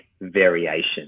variation